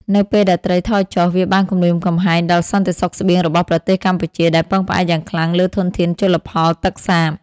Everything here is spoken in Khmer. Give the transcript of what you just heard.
នៅពេលដែលត្រីថយចុះ វាបានគំរាមកំហែងដល់សន្តិសុខស្បៀងរបស់ប្រទេសកម្ពុជា ដែលពឹងផ្អែកយ៉ាងខ្លាំងលើធនធានជលផលទឹកសាប។